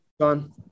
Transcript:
John